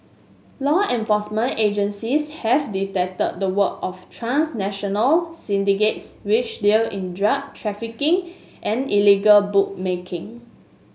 law enforcement agencies have detected the work of transnational syndicates which deal in drug trafficking and illegal bookmaking